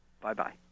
Bye-bye